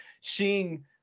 seeing